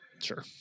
sure